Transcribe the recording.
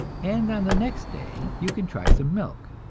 and on the next day you can try some milk,